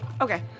Okay